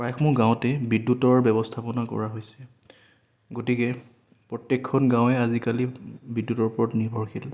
প্ৰায়সমূহ গাঁৱতে বিদ্যুতৰ ব্যৱস্থাপনা কৰা হৈছে গতিকে প্ৰত্যেকখন গাঁৱে আজিকালি বিদ্যুতৰ ওপৰত নিৰ্ভৰশীল